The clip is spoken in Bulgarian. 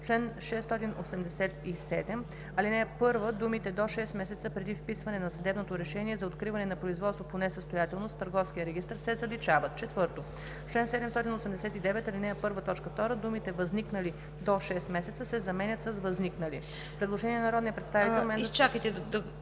чл. 687, ал. 1 думите „до 6 месеца преди вписване на съдебното решение за откриване на производство по несъстоятелност в търговския регистър" се заличават. 4. В чл. 789, ал. 1, т. 2 думите „възниквали до 6 месеца" се заменят с „възникнали". Предложение на народния представител Менда